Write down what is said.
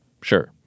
sure